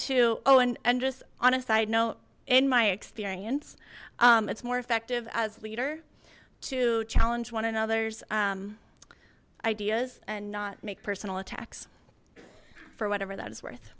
to oh and and just on a side note in my experience it's more effective as leader to challenge one another's ideas and not make personal attacks for whatever that's worth